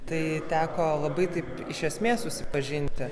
tai teko labai taip iš esmės susipažinti